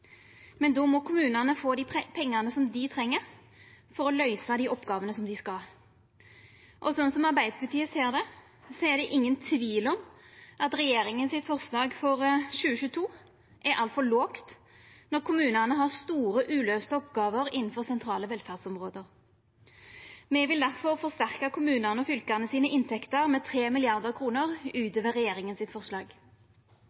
Men då må kommunane få dei pengane dei treng for å løysa dei oppgåvene dei skal ha. Sånn som Arbeidarpartiet ser det, er det ingen tvil om at regjeringa sitt forslag for 2022 er altfor lågt, når kommunane har store uløyste oppgåver innanfor sentrale velferdsområde. Me vil difor forsterka kommunane og fylka sine inntekter med